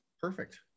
perfect